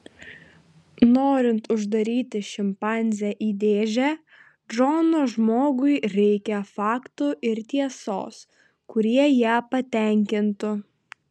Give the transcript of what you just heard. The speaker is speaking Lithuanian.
norint uždaryti šimpanzę į dėžę džono žmogui reikia faktų ir tiesos kurie ją patenkintų